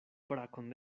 brakon